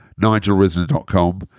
nigelrisner.com